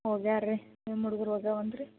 ಹೋಗ್ಯಾರೆ ರೀ ನಿಮ್ಮ ಹುಡುಗ್ರು ಹೋಗ್ಯಾವೇನ್ ರೀ